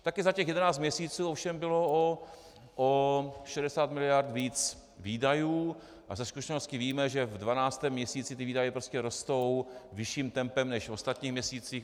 Také za těch jedenáct měsíců bylo o 60 miliard více výdajů a ze zkušenosti víme, že v dvanáctém měsíci výdaje prostě rostou vyšším tempem než v ostatních měsících.